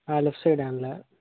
ah left side ஹேண்ட்டில்